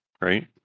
right